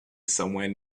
somewhere